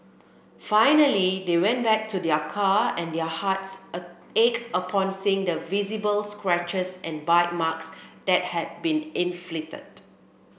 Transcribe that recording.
finally they went back to their car and their hearts ached upon seeing the visible scratches and bite marks that had been inflicted